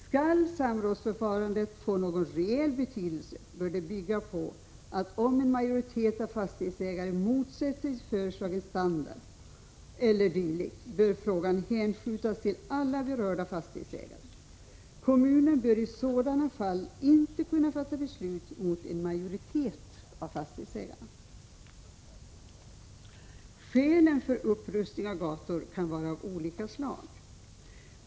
Skall samrådsförfarandet få någon reell betydelse bör det gå ut på att om en majoritet av fastighetsägare motsätter sig föreslagen standard e. d. bör frågan hänskjutas till alla berörda fastighetsägare. Kommunen bör i sådana fall inte kunna fatta beslut mot en majoritet av de berörda fastighetsägarna. Skälen för upprustning av gator kan vara av olika slag.